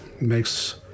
makes